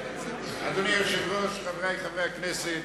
אדוני היושב-ראש, חברי חברי הכנסת,